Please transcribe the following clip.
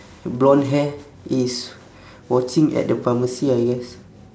blonde hair is watching at the pharmacy I guess